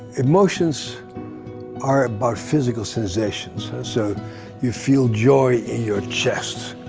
emotions are about physical sensations. so you feel joy in your chest.